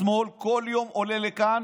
השמאל כל יום עולה לכאן